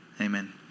amen